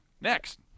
Next